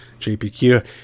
JPQ